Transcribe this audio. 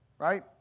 Right